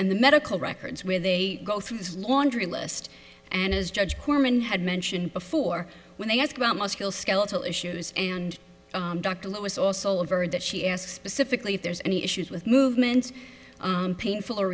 and the medical records where they go through this laundry list and as judge korman had mentioned before when they ask about most skilled skeletal issues and dr lewis also averred that she asked specifically if there's any issues with movements painful or